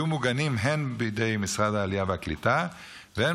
יהיו מוגנים הן בידי משרד העלייה והקליטה והן